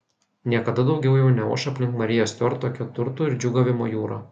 niekada daugiau jau neoš aplink mariją stiuart tokia turtų ir džiūgavimo jūra